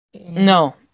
no